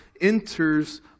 enters